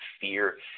fear